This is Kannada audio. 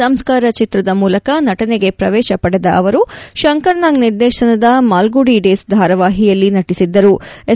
ಸಂಸ್ಕಾರ ಚಿತ್ರದ ಮೂಲಕ ನಟನೆಗೆ ಪ್ರವೇಶ ಪಡೆದ ಅವರು ಶಂಕರ್ ನಾಗ್ ನಿರ್ದೇಶನದ ಮಾಲ್ಗುಡಿ ಡೇಸ್ ಧಾರಾವಾಹಿಯಲ್ಲಿ ನಟಿಸಿದ್ದರು ಎಸ್